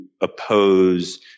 oppose